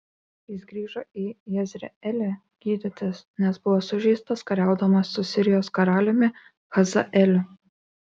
jis grįžo į jezreelį gydytis nes buvo sužeistas kariaudamas su sirijos karaliumi hazaeliu